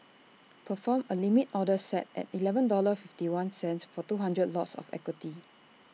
perform A limit order set at Eleven dollars fifty one cents for two hundred lots of equity